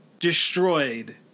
destroyed